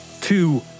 Two